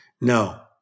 No